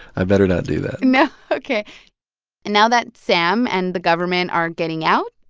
i better not do that no? ok and now that sam and the government are getting out,